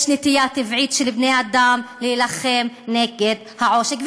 יש נטייה טבעית של בני-אדם להילחם נגד העושק.